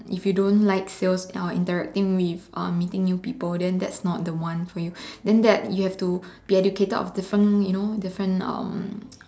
if you don't like sales or interacting with uh meeting new people then that's not the one for you then that you have to be educated of different you know different um